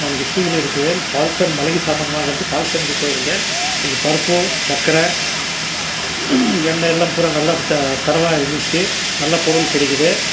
நான் கிரிஷ்ணகிரியில் இருக்கிறேன் பால்சன் மளிகை சாமான் வாங்குறதுக்கு பால்சன்க்கு போயிருந்தேன் இங்கே பருப்பு சக்கரை எண்ணெய் எல்லாம் பூராக நல்லா தரமாக இருந்துச்சு நல்ல பொருள் கிடைக்கிது